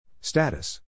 Status